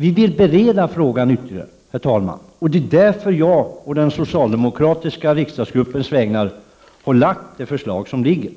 Vi vill bereda frågan ytterligare, herr talman. Det är därför som jag på den socialdemokratiska riksdagsgruppens vägnar har lagt fram det förslag som föreligger.